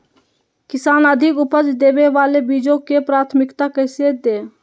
किसान अधिक उपज देवे वाले बीजों के प्राथमिकता कैसे दे?